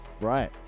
Right